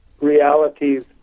realities